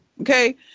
Okay